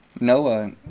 Noah